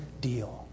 deal